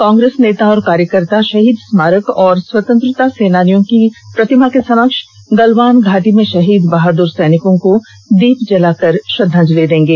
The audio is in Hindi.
कांग्रेस नेता और कार्यकर्ता शहीद स्मारक और स्वतंत्रता सेनानियों की प्रतिमा के समक्ष गालवान घाटी में शहीद बहाद्र सैनिकों को दीप जलाकर श्रद्वांजलि देंगे